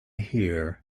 hear